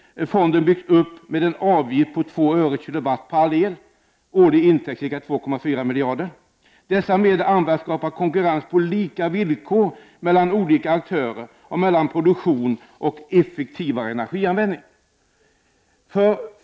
Fonden byggs upp med en avgift på 2 öre/kWh på all el. Årlig intäkt blir ca 2,4 miljarder kronor. Dessa medel skall användas för att skapa konkurrens på lika villkor mellan olika aktörer och mellan produktion och effektivare energianvändning.